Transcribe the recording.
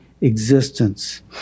existence